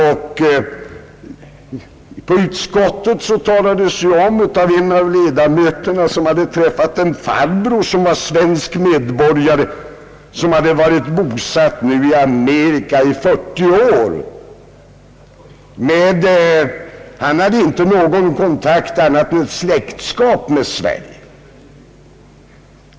Inom utskottet berättade en av ledamöterna att han hade träffat en person som hade varit bosatt i Amerika i 40 år och som var svensk medborgare. Denne hade inte någon annan kontakt med Sverige än släkt i det här landet.